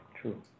True